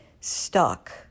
stuck